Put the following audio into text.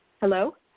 Hello